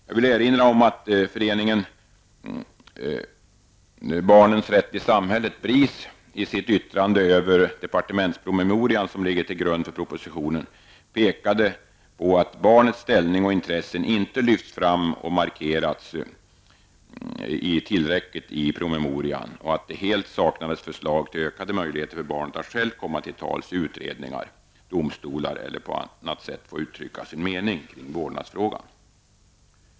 Jag erinra om att Föreningen Barnens rätt i samhället BRIS, i sitt yttrande över den departementspromemoria som ligger till grund för propositionen pekade på att barnets ställning och intressen inte lyfts fram och markerats tillräckligt i promemorian och att det helt saknades förslag till ökade möjligheter för barnet att själv komma till tals i utredningar, domstolar eller på annat sätt få uttrycka sin mening kring vårdnadsfrågan.